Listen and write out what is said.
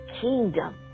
kingdom